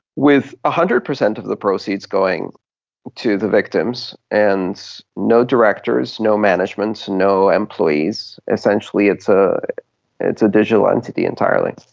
with one ah hundred percent of the proceeds going to the victims, and no directors, no management, no employees. essentially it's ah it's a digital entity entirely.